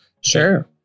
Sure